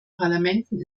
parlamenten